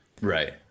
Right